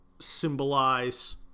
symbolize